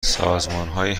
سازمانهایی